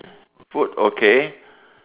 food okay